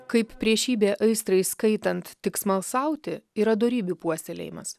kaip priešybė aistrai skaitant tik smalsauti yra dorybių puoselėjimas